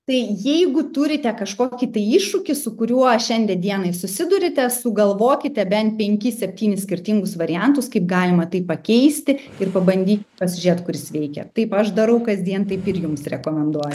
tai jeigu turite kažkokį tai iššūkį su kuriuo šiandie dienai susiduriate sugalvokite bent penkis septynis skirtingus variantus kaip galima tai pakeisti ir pabandyt pasižiūrėt kuris veikia taip aš darau kasdien taip ir jums rekomenduoju